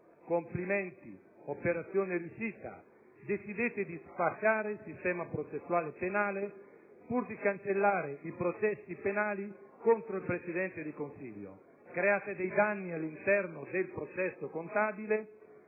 Complimenti: operazione riuscita! Decidete di sfasciare il sistema processuale penale pur di cancellare i processi penali contro il Presidente del Consiglio; create dei danni all'interno del processo contabile